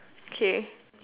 okay